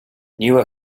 newer